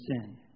sin